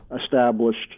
established